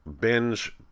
binge